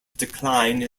decline